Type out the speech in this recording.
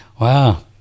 Wow